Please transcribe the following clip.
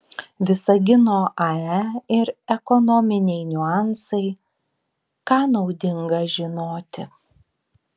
visagino ae ir ekonominiai niuansai ką naudinga žinoti